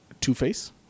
Two-Face